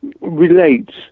relates